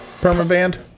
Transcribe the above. Permaband